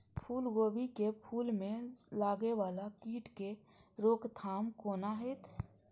फुल गोभी के फुल में लागे वाला कीट के रोकथाम कौना हैत?